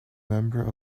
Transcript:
member